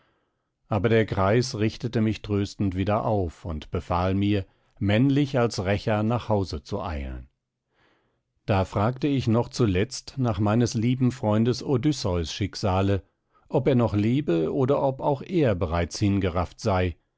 aber der greis richtete mich tröstend wieder auf und befahl mir männlich als rächer nach hause zu eilen da fragte ich noch zuletzt nach meines lieben freundes odysseus schicksale ob er noch lebe oder ob auch er bereits hingerafft sei